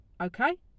okay